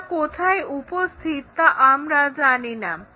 এটা কোথায় উপস্থিত তা আমরা জানিনা